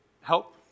help